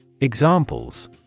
Examples